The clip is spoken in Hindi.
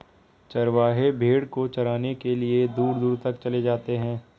चरवाहे भेड़ को चराने के लिए दूर दूर तक चले जाते हैं